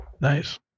Nice